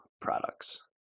products